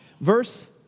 Verse